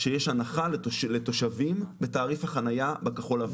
שיש הנחה לתושבים בתעריף החניה בכחול-לבן.